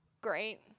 Great